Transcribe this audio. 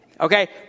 Okay